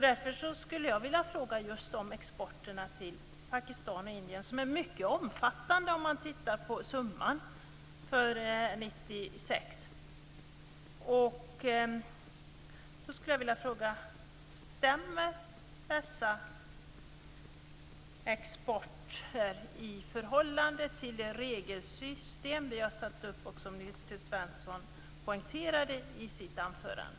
Därför vill jag ställa en fråga om exporten till Pakistan och Indien, som man ser är mycket omfattande om man tittar på summan för 1996: Stämmer exporten överens med det regelsystem som finns uppsatt och som Nils T Svensson poängterade i sitt anförande?